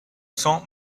cent